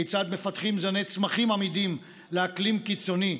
כיצד מפתחים זני צמחים עמידים לאקלים קיצוני,